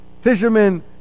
Fishermen